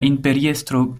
imperiestro